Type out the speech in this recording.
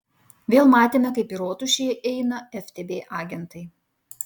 vėl matėme kaip į rotušę eina ftb agentai